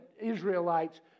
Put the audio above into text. Israelites